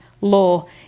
law